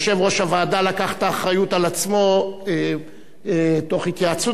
יושב-ראש הוועדה לקח את האחריות על עצמו תוך התייעצות,